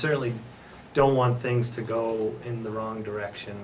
certainly don't want things to go in the wrong direction